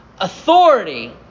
authority